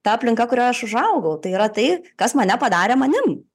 ta aplinka kurioje aš užaugau tai yra tai kas mane padarė manim